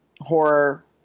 horror